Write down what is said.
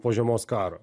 po žiemos karo